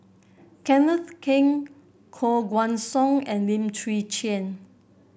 Kenneth Keng Koh Guan Song and Lim Chwee Chian